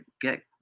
get